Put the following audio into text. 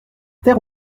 terre